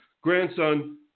grandson